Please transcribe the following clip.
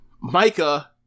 Micah